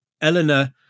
Eleanor